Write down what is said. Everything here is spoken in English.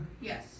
Yes